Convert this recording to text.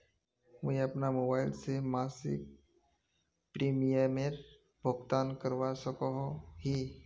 मुई अपना मोबाईल से मासिक प्रीमियमेर भुगतान करवा सकोहो ही?